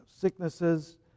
sicknesses